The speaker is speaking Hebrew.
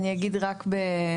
אני אגיד רק בקצרה.